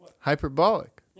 Hyperbolic